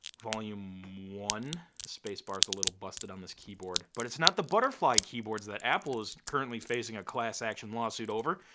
volume one? the space bar's a little busted on this keyboard but it's not the butterfly keyboards that apple is currently facing a class action lawsuit over.